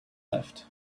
left